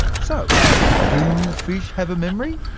so do fish have a memory?